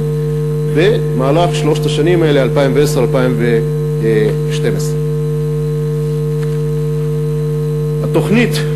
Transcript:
במהלך השנים האלה, 2010 2012. התוכנית,